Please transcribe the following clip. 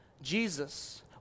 Jesus